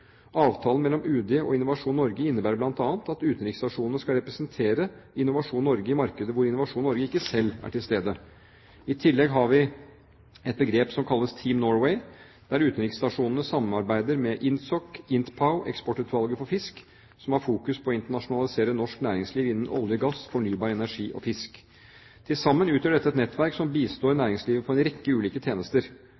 Avtalen mellom UD og Innovasjon Norge innebærer bl.a. at utenriksstasjonene skal representere Innovasjon Norge i markeder hvor Innovasjon Norge ikke selv er til stede. I tillegg har vi et begrep som kalles «Team Norway», der utenriksstasjonene samarbeider med Intsok, Intpow og Eksportutvalget for fisk, som har fokus på å internasjonalisere norsk næringsliv innen olje, gass, fornybar energi og fisk. Til sammen utgjør dette et nettverk som bistår